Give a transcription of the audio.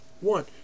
One